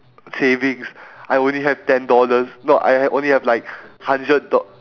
savings I only have ten dollars no I have only have like hundred dol~